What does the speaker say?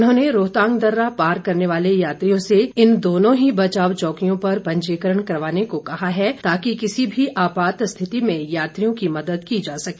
उन्होंने रोहतांग दर्रा पार करने वाले यात्रियों से इन दोनों ही बचाव चौकियों पर पंजीकरण करवाने को कहा है ताकि किसी भी आपात स्थिति में यात्रियों की मदद की जा सके